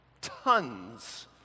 tons